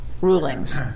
rulings